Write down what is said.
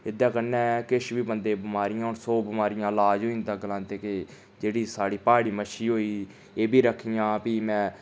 एह्दे कन्नै किश बी बंदे बमारियां होन सौ बमारियां दा लाज होई जंदा गलांदे कि जेह्ड़ी साढ़ी प्हाड़ी मच्छी होई गेई एह् बी रक्खियां फ्ही मैं